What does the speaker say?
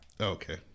okay